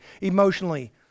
emotionally